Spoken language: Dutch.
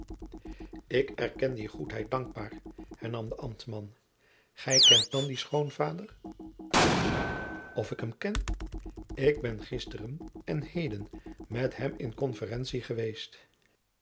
ik erken die goedheid dankbaar hernam de ambtman gij kent dan dien schoonvader of ik hem ken ik ben gisteren en heden met hem in conferentie geweest